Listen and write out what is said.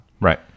Right